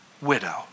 widow